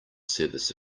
service